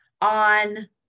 on